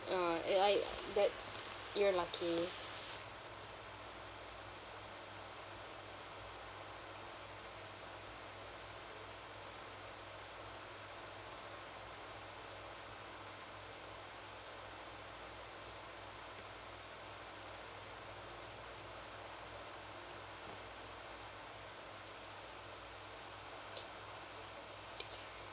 ugh uh like that's you're lucky